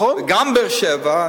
גם בבאר-שבע,